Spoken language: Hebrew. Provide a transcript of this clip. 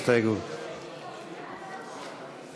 ההסתייגות של קבוצת סיעת יש